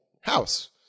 house